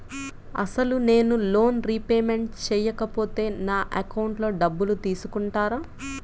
అసలు నేనూ loan repayment చేయకపోతే నా అకౌంట్లో డబ్బులు తీసుకుంటారా?